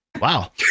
Wow